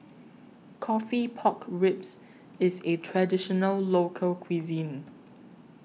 Coffee Pork Ribs IS A Traditional Local Cuisine